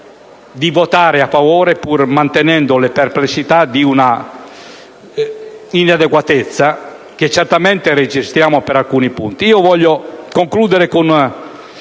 sua conversione, pur mantenendo le perplessità di un'inadeguatezza, che certamente registriamo per alcuni punti.